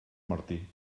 martí